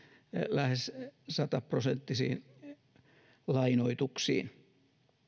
lähes sataprosenttisiin lainoituksiin